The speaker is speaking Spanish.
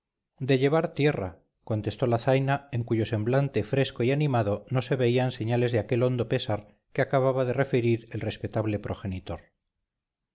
de llevar tierra contestó la zaina en cuyo semblante fresco y animado no se veían señales de aquel hondo pesar que acababa de referir el respetable progenitor